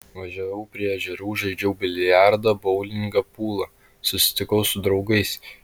važiavau prie ežerų žaidžiau biliardą boulingą pulą susitikau su draugais